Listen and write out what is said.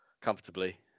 comfortably